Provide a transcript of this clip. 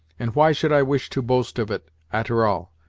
and why should i wish to boast of it a'ter all?